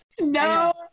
No